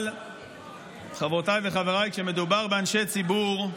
אבל חברותיי וחבריי, כשמדובר באנשי ציבור,